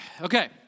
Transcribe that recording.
Okay